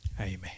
Amen